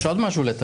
יש עוד משהו לטפל.